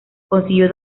consiguió